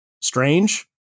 strange